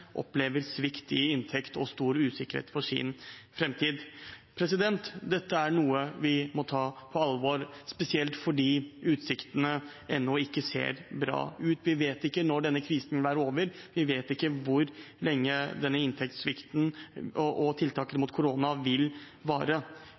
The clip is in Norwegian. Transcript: opplever svikt i inntekter og stor usikkerhet for sin framtid. Dette er noe vi må ta på alvor, spesielt fordi utsiktene ennå ikke ser bra ut. Vi vet ikke når denne krisen vil være over. Vi vet ikke hvor lenge denne inntektssvikten og tiltakene